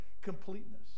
completeness